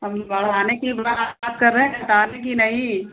हम बढ़ाने की बात कर रहें घटाने की नहीं